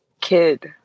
kid